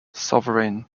sovereign